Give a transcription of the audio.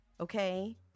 okay